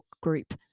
group